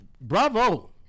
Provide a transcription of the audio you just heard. Bravo